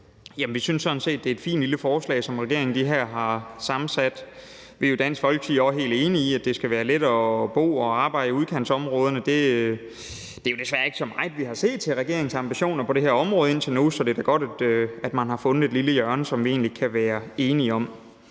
det er et fint lille forslag, som regeringen her har sammensat. Vi er jo i Dansk Folkeparti også helt enige i, at det skal være lettere at bo og arbejde i udkantsområderne. Det er jo desværre ikke så meget, vi har set til regeringens ambitioner på det her område indtil nu, så det er da godt, at man har fundet et lille hjørne, som vi egentlig kan være enige om.